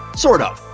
sort of.